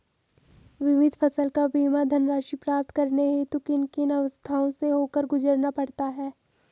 बीमित फसल का बीमा धनराशि प्राप्त करने हेतु किन किन अवस्थाओं से होकर गुजरना पड़ता है?